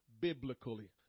biblically